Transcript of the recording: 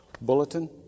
bulletin